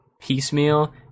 piecemeal